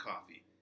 coffee